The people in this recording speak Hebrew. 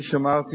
עדיין לא הפסקתי,